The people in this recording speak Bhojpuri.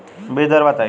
बीज दर बताई?